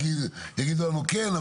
יגידו לנו: כן,